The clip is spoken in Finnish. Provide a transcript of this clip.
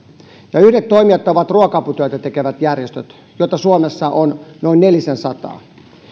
yhdet toimijat ovat ruoka aputyötä tekevät järjestöt joita suomessa on noin nelisensataa